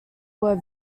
were